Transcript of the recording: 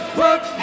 work